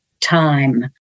time